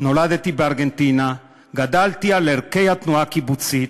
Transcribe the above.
נולדתי בארגנטינה, גדלתי על ערכי התנועה הקיבוצית,